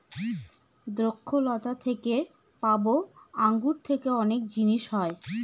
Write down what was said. দ্রক্ষলতা থেকে পাবো আঙ্গুর থেকে অনেক জিনিস হয়